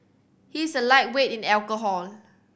he is a lightweight in alcohol